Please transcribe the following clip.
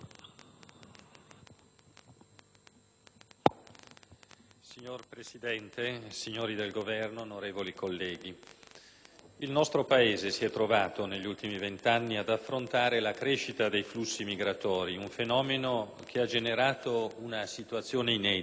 Signor Presidente, signori del Governo, onorevoli colleghi, il nostro Paese si è trovato negli ultimi vent'anni ad affrontare la crescita dei flussi migratori, un fenomeno che ha generato una situazione inedita per il nostro Paese.